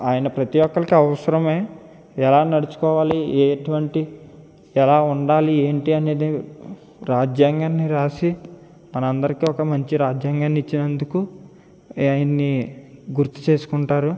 ఆయన ప్రతీ ఒక్కళ్ళకి అవసరమే ఎలా నడుచుకోవాలి ఎటువంటి ఎలా ఉండాలి ఏంటి అనేది రాజ్యాంగాన్ని వ్రాసి మనందరికీ ఒక మంచి రాజ్యాంగాన్ని ఇచ్చినందుకు ఆయన్ని గుర్తు చేసుకుంటారు